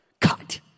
cut